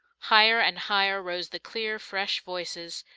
higher and higher rose the clear, fresh voices,